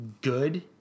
good